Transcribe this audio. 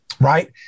right